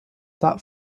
that